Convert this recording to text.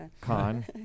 Con